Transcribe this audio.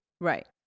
Right